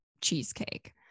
cheesecake